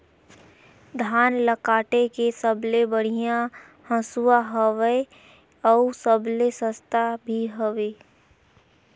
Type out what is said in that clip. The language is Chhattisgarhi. धान ल काटे के सबले बढ़िया हंसुवा हवये? अउ सबले सस्ता भी हवे?